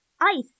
ice